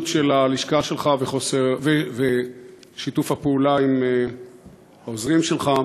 של הלשכה שלך ושיתוף הפעולה עם העוזרים שלך.